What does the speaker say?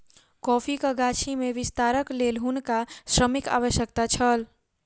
कॉफ़ीक गाछी में विस्तारक लेल हुनका भूमिक आवश्यकता छल